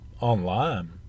online